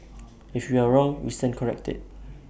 if we are wrong we stand corrected